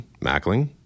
Mackling